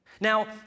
Now